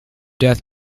death